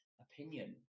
opinion